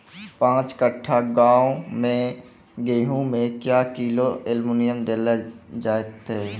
पाँच कट्ठा गांव मे गेहूँ मे क्या किलो एल्मुनियम देले जाय तो?